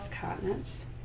Continents